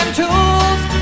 tools